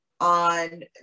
on